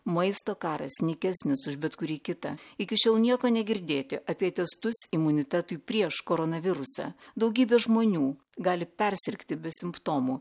maisto karas nykesnis už bet kurį kitą iki šiol nieko negirdėti apie testus imunitetui prieš koronavirusą daugybė žmonių gali persirgti be simptomų